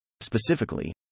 Specifically